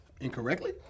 Incorrectly